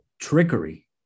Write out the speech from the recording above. Trickery